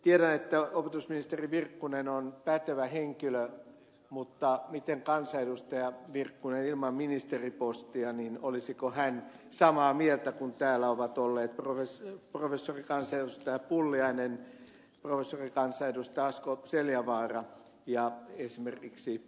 tiedän että opetusministeri virkkunen on pätevä henkilö mutta olisiko kansanedustaja virkkunen ilman ministeripostia samaa mieltä kuin täällä ovat olleet professori kansanedustaja pulliainen professori kansanedustaja asko seljavaara ja esimerkiksi ed